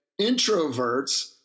introverts